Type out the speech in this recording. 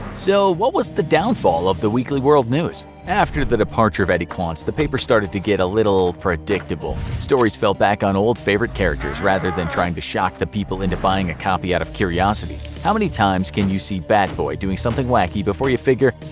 so what was the downfall of the weekly world news? after the departure of eddie clontz, the paper started getting a little predictable. stories fell back on old favorite characters rather than trying to shock the people into buying a copy out of curiosity. how many times can you see bat boy doing something wacky before you figure,